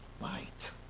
Light